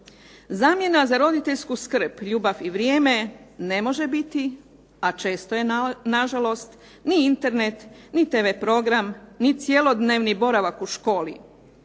Zamjena za roditeljsku skrb, ljubav i vrijeme ne može biti, a često je nažalost, ni Internet ni tv program ni cjelodnevni boravak u školi.